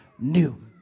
new